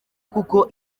kuko